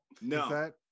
No